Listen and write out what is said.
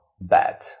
bad